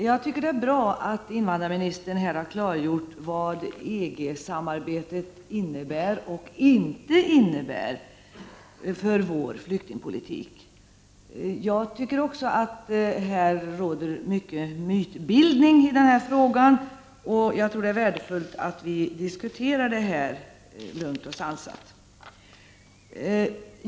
Fru talman! Det är bra att invandrarministern här har klargjort vad EG 20 november 1989 samarbetet innebär och inte innebär för vår flyktingpolitik. Det råder Z mycken mytbildning i frågan, och det är värdefullt att vi diskuterar den lugnt och sansat.